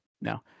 no